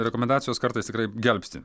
rekomendacijos kartais tikrai gelbsti